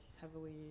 heavily